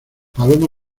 paloma